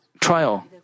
trial